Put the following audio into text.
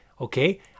okay